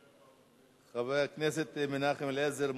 חבר הכנסת מנחם אליעזר מוזס,